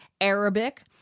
Arabic